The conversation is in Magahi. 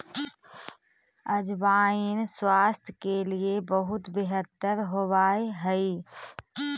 अजवाइन स्वास्थ्य के लिए बहुत बेहतर होवअ हई